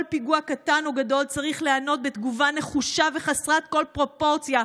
כל פיגוע קטן או גדול צריך להיענות בתגובה נחושה וחסרת כל פרופורציה,